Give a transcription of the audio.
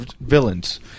villains